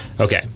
Okay